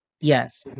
Yes